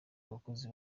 abakozi